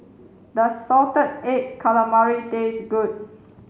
does salted egg calamari taste good